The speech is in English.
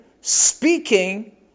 speaking